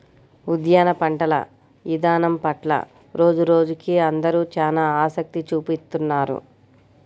ఉద్యాన పంటల ఇదానం పట్ల రోజురోజుకీ అందరూ చానా ఆసక్తి చూపిత్తున్నారు